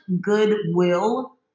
goodwill